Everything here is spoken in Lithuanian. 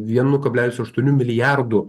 vienu kablelis aštuonių milijardų